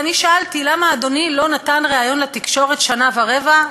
ואני שאלתי למה אדוני לא נתן ריאיון לתקשורת שנה ורבע,